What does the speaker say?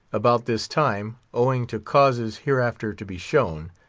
about this time, owing to causes hereafter to be shown,